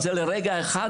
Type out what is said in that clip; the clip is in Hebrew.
לרגע אחד,